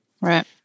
Right